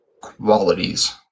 qualities